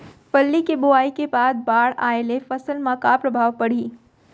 फल्ली के बोआई के बाद बाढ़ आये ले फसल मा का प्रभाव पड़ही?